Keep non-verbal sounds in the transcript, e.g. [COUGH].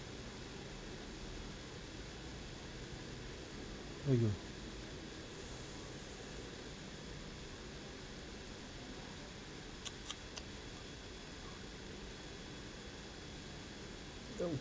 !aiyo! [NOISE] !ow!